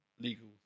legal